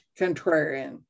contrarian